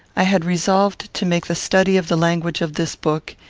i had resolved to make the study of the language of this book,